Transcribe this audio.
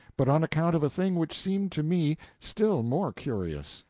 but on account of a thing which seemed to me still more curious.